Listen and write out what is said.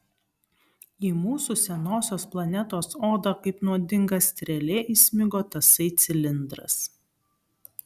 į mūsų senosios planetos odą kaip nuodinga strėlė įsmigo tasai cilindras